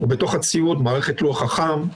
ובתוך הציוד מערכת לוח חכם,